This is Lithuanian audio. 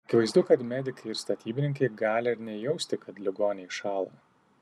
akivaizdu kad medikai ir statybininkai gali ir nejausti kad ligoniai šąla